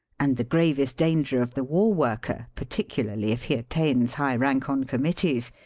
and the gravest danger of the war-worker, particularly if he attains high rank on committees,